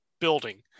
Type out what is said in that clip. building